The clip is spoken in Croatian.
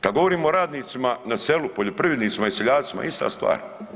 Kada govorimo o radnicima na selu, poljoprivrednicima i seljacima ista stvar.